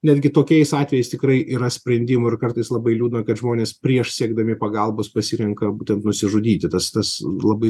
netgi tokiais atvejais tikrai yra sprendimų ir kartais labai liūdna kad žmonės prieš siekdami pagalbos pasirenka būtent nusižudyti tas tas labai